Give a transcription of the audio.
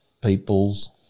peoples